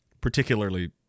particularly